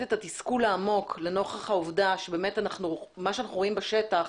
את התסכול העמוק לנוכח העובדה שמה שאנחנו רואים בשטח